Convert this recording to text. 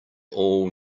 all